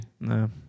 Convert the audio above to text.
No